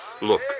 look